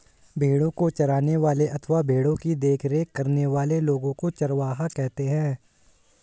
भेड़ों को चराने वाले अथवा भेड़ों की देखरेख करने वाले लोगों को चरवाहा कहते हैं